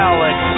Alex